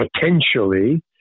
potentially